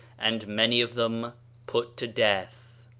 and many of them put to death.